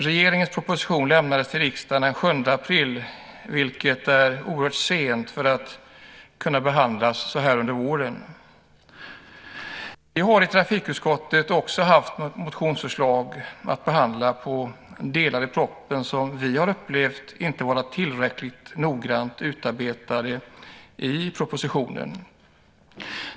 Regeringens proposition lämnades till riksdagen den 7 april, vilket är oerhört sent för att den ska kunna behandlas här under våren. Vi har i trafikutskottet också haft motionsförslag att behandla som gäller delar i propositionen som vi har upplevt inte har varit tillräckligt noggrant utarbetade.